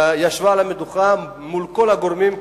שישבה על המדוכה מול כל הגורמים,